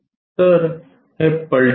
तर हे पलटवले